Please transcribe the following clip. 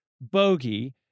bogey